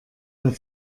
der